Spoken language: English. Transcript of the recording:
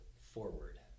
forward